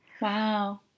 wow